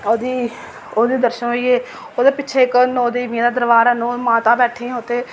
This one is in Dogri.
ओह्दी ओह्दे दर्शन होई गे ओह्दे पिच्छें इक नौ देवी दा दरबार ऐ माता बैठी दियां उत्थै